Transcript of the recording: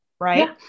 Right